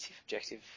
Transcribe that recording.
objective